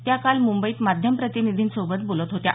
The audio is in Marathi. त्या काल मुंबईत माध्यम प्रतिनिधींसोबत बोलत होत्या